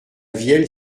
vielle